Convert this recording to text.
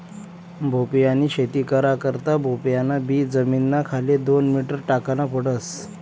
भोपयानी शेती करा करता भोपयान बी जमीनना खाले दोन मीटर टाकन पडस